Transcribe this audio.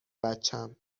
بچم